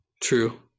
True